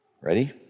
Ready